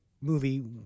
movie